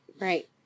Right